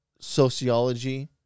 sociology